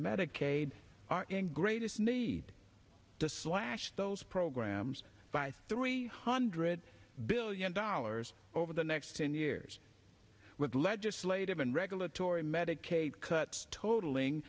medicaid are in greatest need to slash those programs by three hundred billion dollars over the next ten years with legislative and regulatory medicaid cuts totaling